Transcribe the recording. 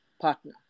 partner